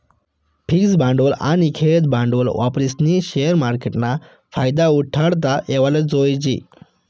fix भांडवल आनी खेयतं भांडवल वापरीस्नी शेअर मार्केटना फायदा उठाडता येवाले जोयजे